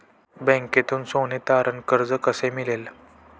बँकेतून सोने तारण कर्ज कसे मिळेल?